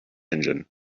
engine